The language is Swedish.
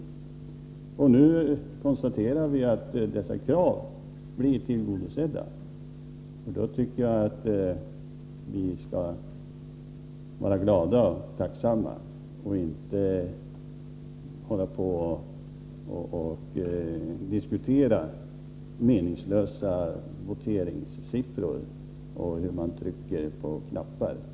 Nu konstaterar vi att dessa krav blir tillgodosedda. Då tycker jag vi skall vara glada och tacksamma över det och inte hålla på och diskutera meningslösa voteringssiffror och vilka knappar man trycker på.